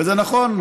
וזה נכון,